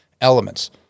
elements